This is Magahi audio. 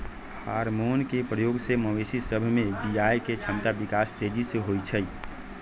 हार्मोन के प्रयोग से मवेशी सभ में बियायके क्षमता विकास तेजी से होइ छइ